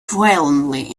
violently